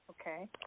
Okay